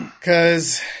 Cause